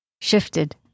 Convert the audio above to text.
shifted